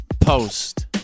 post